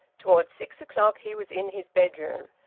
towards six o'clock he was in his bedroom,